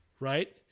Right